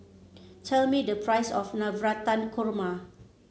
tell me the price of Navratan Korma